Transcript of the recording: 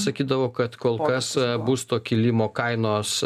sakydavo kad kol kas būsto kilimo kainos